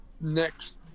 Next